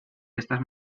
estas